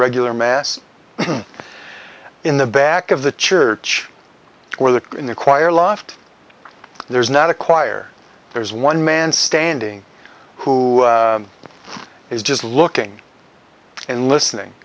regular mass in the back of the church where the in the choir loft there's not a choir there's one man standing who is just looking and listening